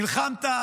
נלחמת,